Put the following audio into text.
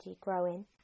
growing